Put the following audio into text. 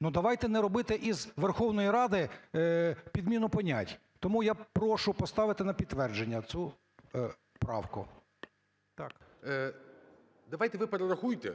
Ну, давайте не робити із Верховної Ради підміну понять. Тому я прошу поставити на підтвердження цю правку. ГОЛОВУЮЧИЙ. Давайте, ви перерахуйте,